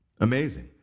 Amazing